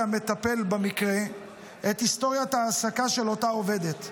המטפל במקרה את היסטוריית ההעסקה של אותה עובדת.